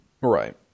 right